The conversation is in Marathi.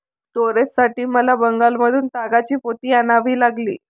स्टोरेजसाठी मला बंगालमधून तागाची पोती आणावी लागली